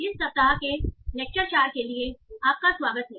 इस सप्ताह के लेक्चर चार के लिए आपका स्वागत है